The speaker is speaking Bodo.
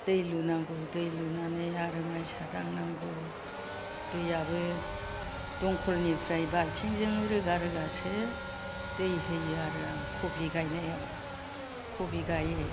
दै लुनांगौ दै लुनानै आरो मायसा दांनांगौ दैआबो दंखलनिफ्राय बाल्थिंजों रोगा रोगासो दै होयो आरो आं कफि गायनायाव कफि गायो